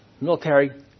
military